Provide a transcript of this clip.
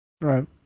Right